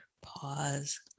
pause